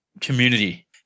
community